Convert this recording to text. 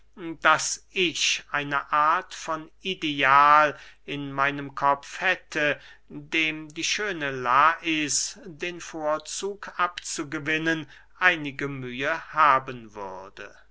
daß ich eine art von ideal in meinem kopfe hätte dem die schöne lais den vorzug abzugewinnen einige mühe haben würde